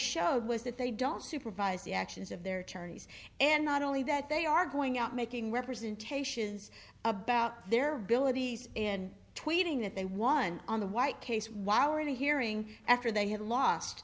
showed was that they don't supervise the actions of their tourney's and not only that they are going out making representations about their abilities and tweeting that they won on the white case while reading hearing after they had lost